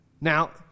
Now